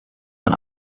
man